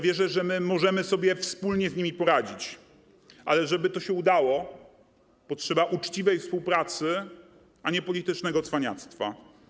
Wierzę, że możemy sobie wspólnie z nimi poradzić, ale żeby to się udało, potrzeba uczciwej współpracy, a nie politycznego cwaniactwa.